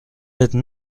aide